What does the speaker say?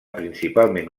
principalment